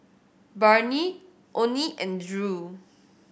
Barnie Onie and Drew